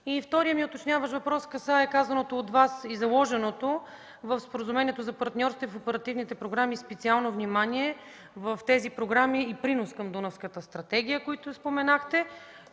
И вторият ми уточняващ въпрос касае казаното от Вас и заложеното в Споразумението за партньорство по оперативните програми специално внимание в тези програми и принос към Дунавската стратегия, които споменахте: